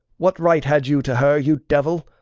what right had you to her, you devil?